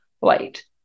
light